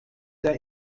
der